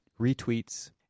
retweets